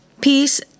peace